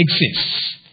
exists